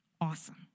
Awesome